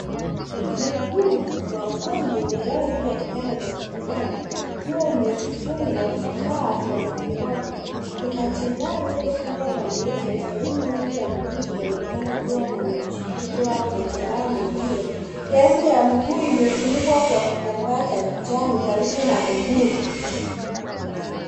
Mguu wa mgonjwa umelala juu ya kitanda cha hospitali ukiwa umefungwa vifaa vya matibabu. Kuna jeraha lililofungwa bandeji na sehemu nyingi ya miguu zinaonekana kuwa na michipuko au majeraha mengine. Sehemu ya mguu imefunikwa kwa kitambaa cha kijani karibu na mguu.